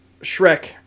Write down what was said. Shrek